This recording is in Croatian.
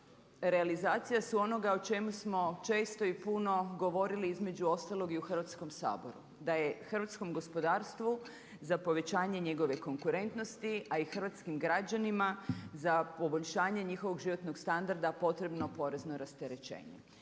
realizacija su onoga o čemu smo često i puno govorili između ostalog i u Hrvatskom saboru, da je hrvatskom gospodarstvu za povećanje njegove konkurentnosti, a i hrvatskim građanima za poboljšanje njihovog životnog standarda potrebno porezno rasterećenje.